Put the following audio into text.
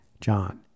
John